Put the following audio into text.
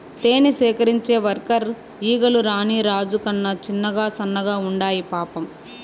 తేనె సేకరించే వర్కర్ ఈగలు రాణి రాజు కన్నా చిన్నగా సన్నగా ఉండాయి పాపం